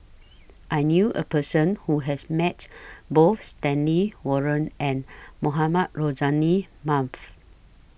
I knew A Person Who has Met Both Stanley Warren and Mohamed Rozani